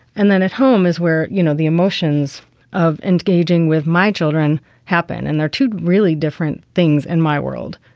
and then at home is where, you know, the emotions of engaging with my children happen. and they're two really different things in my world.